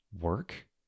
Work